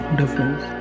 difference